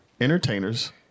Entertainers